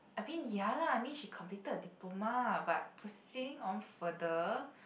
I mean ya lah I mean she completed her diploma ah but proceeding on further